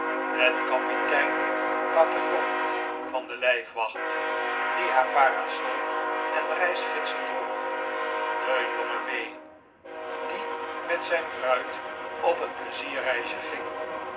met kapitein papillon van de lijfwadit die haar parasol en reisgidsen droeg de jonge may die met zijn bruid op een pleizierreisje ging